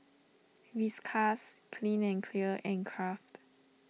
Whiskas Clean and Clear and Kraft